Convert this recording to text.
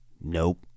Nope